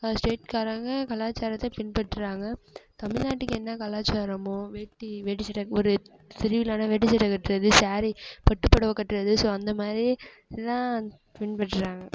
ஸ்டேட்காரங்க கலாச்சாரத்தை பின்பற்றாங்க தமிழ்நாட்டுக்கு என்ன கலாச்சாரமோ வேட்டி வேட்டி சட்டை ஒரு திருவிழானால் வேட்டி சட்டை கட்டுறது ஸாரி பட்டு புடவ கட்டுறது ஸோ அந்தமாதிரி லான் பின்பற்றுறாங்க